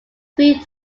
three